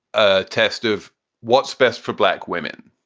ah test of what's best for black women.